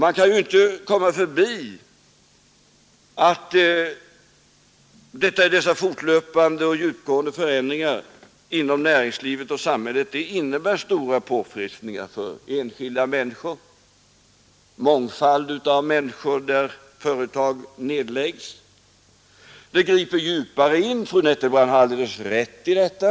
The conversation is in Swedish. Man kan ju inte komma förbi att dessa fortlöpande och djupgående för en mångfald enskilda människor, där företag nedläggs. De griper djupare in — fru Nettelbrandt har alldeles rätt i detta.